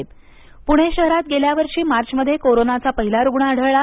पूणे शहरात गेल्या वर्षी मार्चमध्ये कोरोनाचा पहिला रुग्ण आढळला